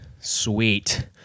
Sweet